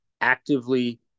actively